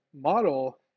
model